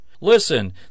Listen